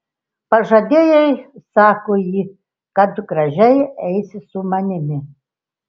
pažadėjai sako ji kad gražiai eisi su manimi